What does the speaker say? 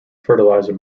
fertilizer